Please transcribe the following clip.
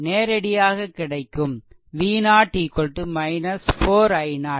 நேரடியாக கிடைக்கும் V0 4 i0